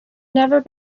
never